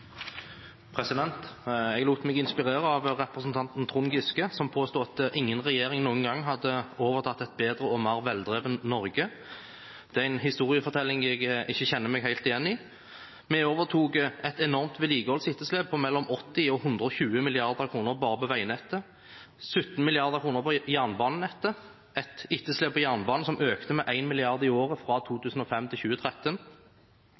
Jeg lot meg inspirere av representanten Trond Giske, som påsto at ingen regjering noen gang hadde overtatt et bedre og mer veldrevet Norge. Det er en historiefortelling jeg ikke kjenner meg helt igjen i. Vi overtok et enormt vedlikeholdsetterslep på mellom 80 mrd. og 120 mrd. kr bare på veinettet, 17 mrd. kr på jernbanenettet – et etterslep på jernbanen som økte med 1 mrd. kr i året fra 2005 til 2013.